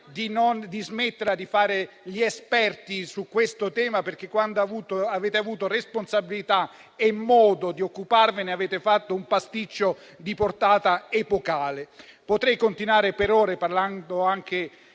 di smetterla di fare gli esperti su questo tema, perché, quando hanno avuto responsabilità e modo di occuparsene, hanno fatto un pasticcio di portata epocale. Potrei continuare per ore, parlando anche